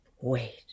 Wait